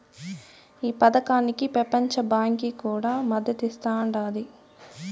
ఈ పదకానికి పెపంచ బాంకీ కూడా మద్దతిస్తాండాది